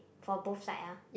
for both side ah